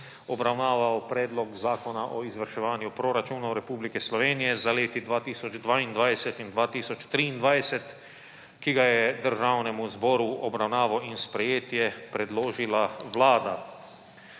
obravnaval Predlog zakona o izvrševanju proračunov Republike Slovenije za leti 2022 in 2023, ki ga je Državnemu zboru v obravnavo in sprejetje predložila Vlada.